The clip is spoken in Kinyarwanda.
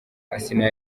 asinah